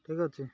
ଠିକ୍ ଅଛି